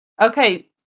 Okay